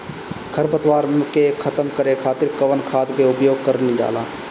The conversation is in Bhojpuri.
खर पतवार के खतम करे खातिर कवन खाद के उपयोग करल जाई?